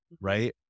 right